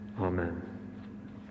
Amen